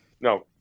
No